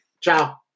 Ciao